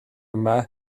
yma